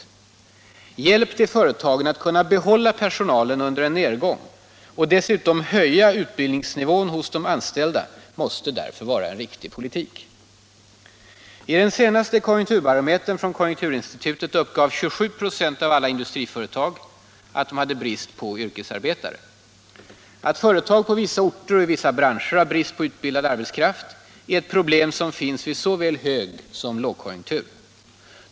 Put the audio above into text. Hjälp till företagen att kunna behålla personalen under en nedgång och dessutom höja utbildningsnivån hos de anställda måste därför vara riktig politik. I den senaste konjunkturbarometern från konjunkturinstitutet uppgav 27 96 av alla industriföretag att de hade brist på yrkesarbetare. Att företag på vissa orter och i vissa branscher har brist på utbildad arbetskraft är ett problem som finns vid såväl hög som lågkonjunktur.